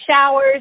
showers